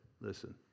listen